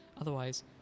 otherwise